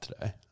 today